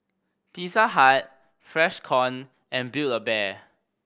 Pizza Hut Freshkon and Build A Bear